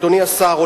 אדוני השר,